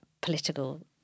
political